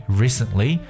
recently